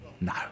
No